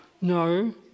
No